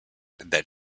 that